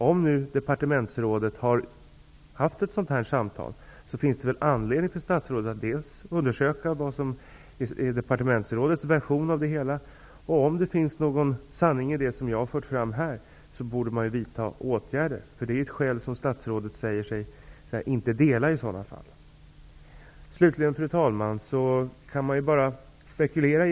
Om departementsrådet har haft ett samtal, finns det väl anledning för statsrådet att förhöra sig om departementrådets version av det hela. Om det finns någon sanning i det som jag har fört fram här, borde man vidta åtgärder. Detta är ju i så fall något som statsrådet inte anser utgöra något skäl i detta sammanhang. Slutligen, fru talman, kan jag bara spekulera.